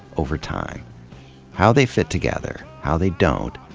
over time how they fit together, how they don't,